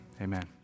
amen